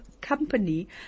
company